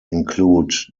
include